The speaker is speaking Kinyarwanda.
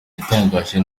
igitangaje